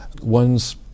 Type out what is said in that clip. one's